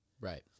Right